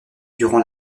durant